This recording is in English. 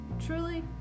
Truly